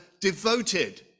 devoted